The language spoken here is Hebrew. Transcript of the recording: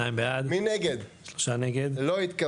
הצבעה בעד, 2 נגד, 3 נמנעים, 0 הרביזיה לא התקבלה.